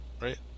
right